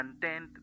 content